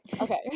Okay